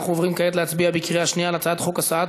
אנחנו עוברים כעת להצביע בקריאה שנייה על הצעת חוק הסעה